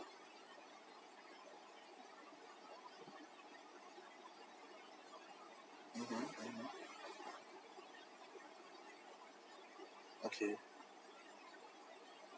[uhum] okay